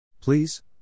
Please